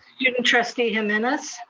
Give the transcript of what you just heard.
student trustee jimenez.